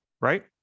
right